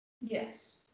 Yes